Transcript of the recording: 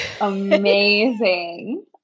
Amazing